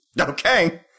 Okay